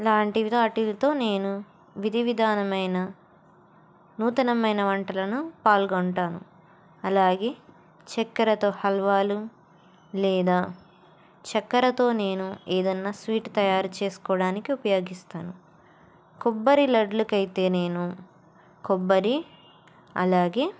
లాంటివి వాటిలతో నేను విధ విధమైన నూతనమైన వంటలను పాల్గొంటాను అలాగే చక్కెరతో హల్వాలు లేదా చక్కరతో నేను ఏదన్నా స్వీట్ తయారు చేసుకోవడానికి ఉపయోగిస్తాను కొబ్బరి లడ్లకైతే నేను కొబ్బరి అలాగే